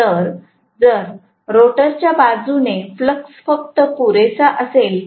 तर जर रोटरच्या बाजूने फ्लक्स फक्त पुरेसा असेल तर